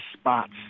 spots